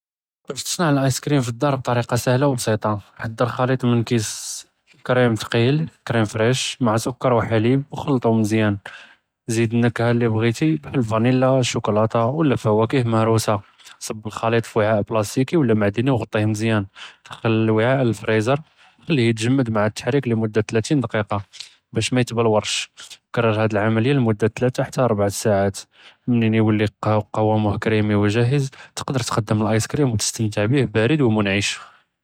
באש תצרע אלאיסכרים פ־א־דאר בטריקה סהלה ו בסיטה, חצ׳ר ח׳ליט מן כיס כּרים ת׳קיל כּרם פראש מע סוכּר ו ח׳ליב ו חלטהם מזיאן, זיד אלנכּה לי בְ׳ע׳יתִי ואנילה, שוקולאטה, ו לא פואכה מהרוסה, צבּ אלח׳ליט פי ועאא בלאסטיכי ו לא מעדני ו ע׳טיה מזיאן, דכל אלועאא ל־אלפריזר ו חليه יתג׳מד מע אלתחריק ל־מודה תלתין דקיקה באש מא יתבלורש, ו כּרר האד אלעמליה ל־מודה תלתה אלא ארבע סאעת, מנין יולי קואמו כּריםי ו גאהז תקדר תקדם אלאיסכרים ו תסתמתע ביה בארד ו מנעש.